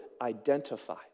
identify